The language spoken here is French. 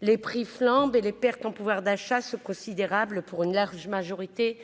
les prix flambent et les pertes en pouvoir d'achat ce considérable pour une large majorité